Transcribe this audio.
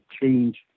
change